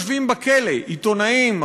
היום יושבים בכלא עיתונאים,